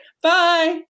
Bye